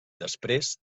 després